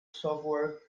software